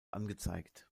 angezeigt